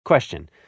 Question